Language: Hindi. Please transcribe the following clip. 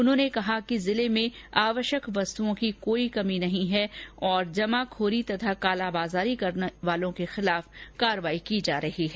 उन्होंने कहा कि जिले में आवश्यक वस्तओं की कोई कमी नहीं है और जमाखोरी और कालाबाजारी करने वालों के खिलाफ कार्यवाही की जा रही है